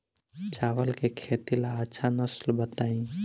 चावल के खेती ला अच्छा नस्ल बताई?